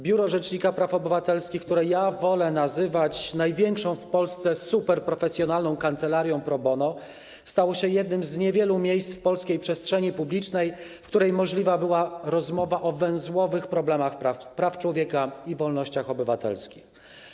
Biuro Rzecznika Praw Obywatelskich, które ja wolę nazywać największą w Polsce super profesjonalną kancelarią pro bono, stało się jednym z niewielu miejsc w polskiej przestrzeni publicznej, w których możliwa była rozmowa o węzłowych problemach praw człowieka i wolnościach obywatelskich.